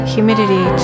Humidity